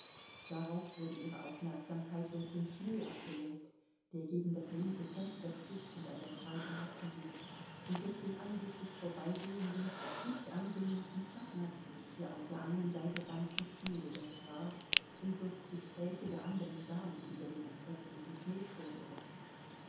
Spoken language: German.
darauf wurde ihre aufmerksamkeit durch den schnee abgelenkt der gegen das linke fenster schlug und an der scheibe haftenblieb und durch den anblick des vorbeigehenden dicht eingemummten schaffners der auf der einen seite ganz mit schnee bedeckt war und durch die gespräche der anderen damen über den entsetzlichen schneesturm draußen